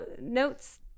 Notes